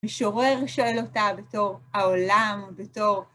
משורר שואל אותה בתור העולם, בתור...